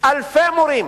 אלפי מורים